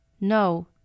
No